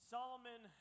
Solomon